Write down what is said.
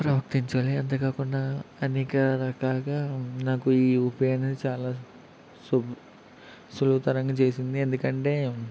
ప్రవర్తించాలి అంతే గాకుండా అనేక రకాలుగా నాకు ఈ యూపిఐ అనేది చాలా సు సులభతరంగా చేసింది ఎందుకంటే